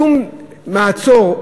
שום מעצור,